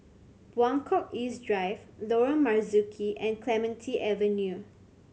Buangkok East Drive Lorong Marzuki and Clementi Avenue